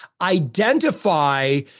identify